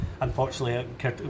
unfortunately